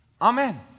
Amen